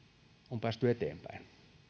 on päästy eteenpäin